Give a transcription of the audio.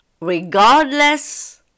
Regardless